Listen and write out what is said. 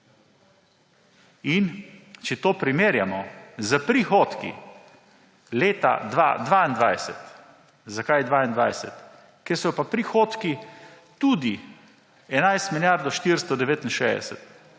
In če to primerjamo s prihodki leta 2022 – zakaj 2022? –, kjer so pa prihodki tudi 11 milijard 469,